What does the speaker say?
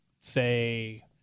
say